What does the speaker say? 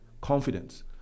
confidence